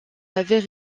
avais